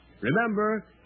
Remember